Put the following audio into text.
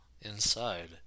inside